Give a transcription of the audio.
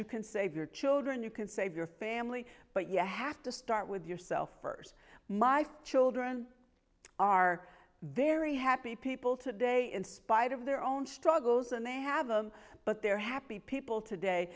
you can save your children you can save your family but you i have to start with yourself first my for children are very happy people today in spite of their own struggles and they have them but they're happy people today